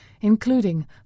including